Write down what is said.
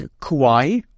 Kauai